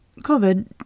COVID